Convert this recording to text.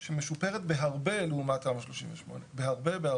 שהיא משופרת בהרבה לעומת תמ"א 38. בהרבה.